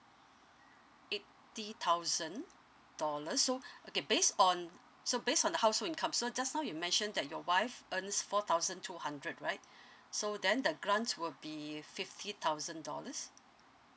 eighty thousand dollars so okay based on so based on the household income so just now you mentioned that your wife earns four thousand two hundred right so then the grant will be fifty thousand dollars